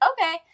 okay